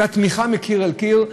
הייתה תמיכה מקיר לקיר.